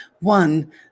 One